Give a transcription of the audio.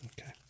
Okay